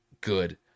good